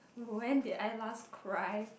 when did I last cry